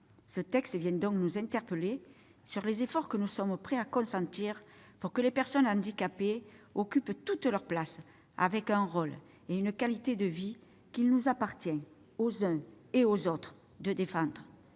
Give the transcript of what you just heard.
Ce texte vient donc nous interpeller sur les efforts que nous sommes prêts à consentir pour que les personnes handicapées occupent toute leur place avec un rôle et une qualité de vie qu'il nous appartient, aux uns et aux autres, de défendre.